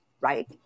right